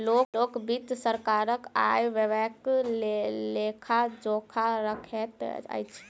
लोक वित्त सरकारक आय व्ययक लेखा जोखा रखैत अछि